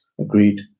agreed